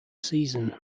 season